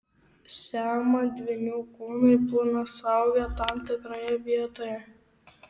siamo dvynių kūnai būna suaugę tam tikroje vietoje